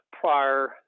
prior